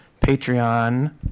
Patreon